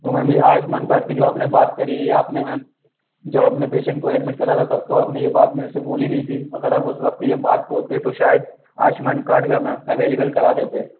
तो मैम ये आयुस्मान कार्ड की जो आपने बात करी है ये आपने मैम जब आपने पेशेंट को एडमिट करा था तब तो आपने ये बात मेरे से बोली नहीं थी अगर आप उस वक्त ये बात बोलते तो शायद आयुष्मान कार्ड भी हम अवेलेबल करा देते